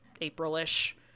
April-ish